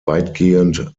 weitgehend